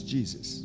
Jesus